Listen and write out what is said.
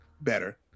better